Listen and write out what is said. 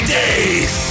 days